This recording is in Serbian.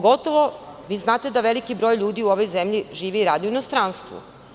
Vi znate da veliki broj ljudi u ovoj zemlji živi i radi u inostranstvu.